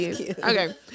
Okay